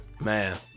Man